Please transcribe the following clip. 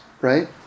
right